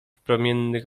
promiennych